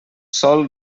sòl